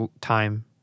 time